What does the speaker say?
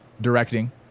directing